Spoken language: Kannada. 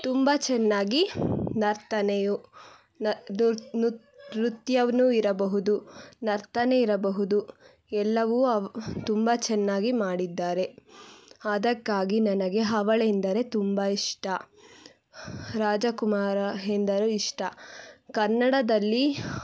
ತುಂಬ ಚೆನ್ನಾಗಿ ನರ್ತನೆಯು ನೃತ್ಯನು ಇರಬಹುದು ನರ್ತನ ಇರಬಹುದು ಎಲ್ಲವೂ ಅವು ತುಂಬ ಚೆನ್ನಾಗಿ ಮಾಡಿದ್ದಾರೆ ಅದಕ್ಕಾಗಿ ನನಗೆ ಅವಳೆಂದರೆ ತುಂಬ ಇಷ್ಟ ರಾಜಕುಮಾರ ಎಂದರೂ ಇಷ್ಟ ಕನ್ನಡದಲ್ಲಿ